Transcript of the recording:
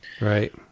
Right